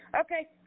Okay